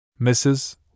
Mrs